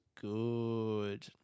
good